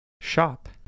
shop